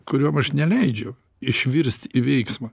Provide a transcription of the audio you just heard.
kuriom aš neleidžiu išvirst į veiksmą